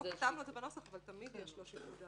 לא כתבנו בנוסח, אבל תמיד לרשם יש שיקול דעת.